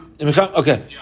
Okay